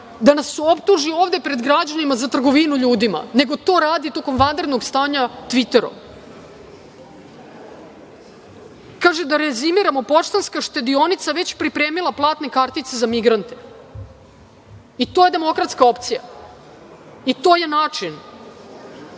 da nas optuži ovde pred građanima za trgovinu ljudima, nego to radi tokom vanrednog stanja tviterom. Kaže, da rezimiramo: „Poštanska štedionica već pripremila platne kartice za migrante“. I to je demokratska opcija? I to je način